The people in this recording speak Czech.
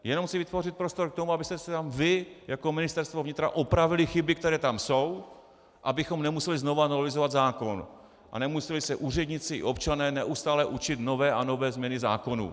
Jenom chci vytvořit prostor k tomu, abyste si tam vy jako Ministerstvo vnitra opravili chyby, které tam jsou, abychom nemuseli znovu novelizovat zákon a nemuseli se úředníci i občané neustále učit nové a nové změny zákonů.